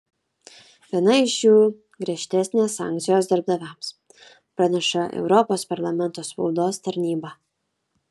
viena iš jų griežtesnės sankcijos darbdaviams praneša europos parlamento spaudos tarnyba